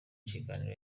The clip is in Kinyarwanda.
kiganiro